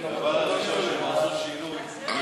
להצבעה על הצעת החוק בקריאה שלישית.